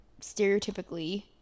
stereotypically